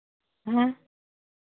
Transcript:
हाँ